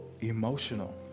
emotional